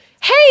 Hey